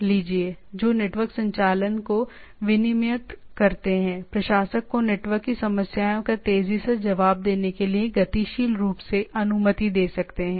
मान जो नेटवर्क संचालन को विनियमित करते हैं प्रशासक को नेटवर्क की समस्याओं का तेज़ी से जवाब देने के लिए गतिशील रूप से अनुमति दे सकते हैं